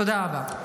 תודה רבה.